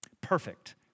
Perfect